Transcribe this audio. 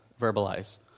verbalize